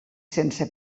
sense